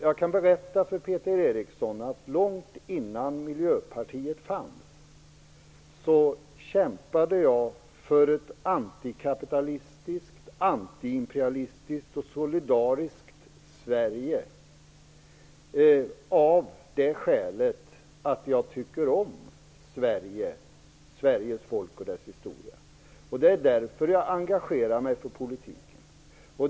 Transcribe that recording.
Jag kan berätta för Peter Eriksson att jag kämpade för ett antikapitalistiskt, antiimperialistiskt och solidariskt Sverige långt innan Miljöpartiet fanns. Det gjorde jag av det skälet att jag tycker om Sverige, Sveriges folk och dess historia. Det är därför jag engagerar mig i politiken.